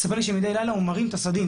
הוא סיפר לי שמידי לילה הוא מרים את הסדין